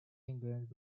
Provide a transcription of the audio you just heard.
england